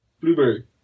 blueberry